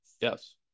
Yes